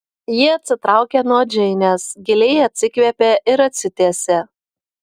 ji atsitraukė nuo džeinės giliai atsikvėpė ir atsitiesė